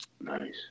Nice